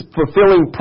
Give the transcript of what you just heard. fulfilling